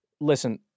listen